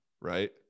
right